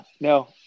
no